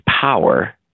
power